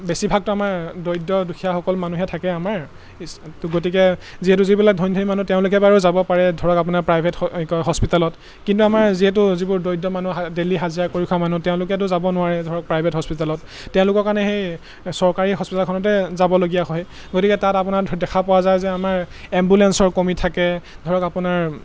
বেছিভাগতো আমাৰ দৰিদ্ৰ দুখীয়াসকল মানুহে থাকে আমাৰ তো গতিকে যিহেতু যিবিলাক ধনী ধনী মানুহ তেওঁলোকে বাৰু যাব পাৰে ধৰক আপোনাৰ প্ৰাইভেট কি কয় হস্পিটেলত কিন্তু আমাৰ যিহেতু যিবোৰ দৰিদ্ৰ মানুহ ডেইলি হাজিৰা কৰি খোৱা মানুহ তেওঁলোকেতো যাব নোৱাৰে ধৰক প্ৰাইভেট হস্পিটেলত তেওঁলোকৰ কাৰণে সেই চৰকাৰী হস্পিটেলখনতে যাবলগীয়া হয় গতিকে তাত আপোনাৰ দেখা পোৱা যায় যে আমাৰ এম্বুলেঞ্চৰ কমি থাকে ধৰক আপোনাৰ